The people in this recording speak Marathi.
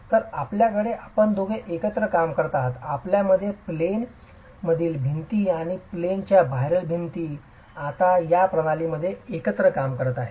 तर आपल्याकडे आपण दोघे एकत्र काम करत आहात आपल्यामध्ये प्लेन मधील भिंती आणि प्लेन च्या बाहेरील भिंती आता या प्रणालीमध्ये एकत्र काम करत आहेत